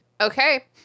Okay